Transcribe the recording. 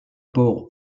port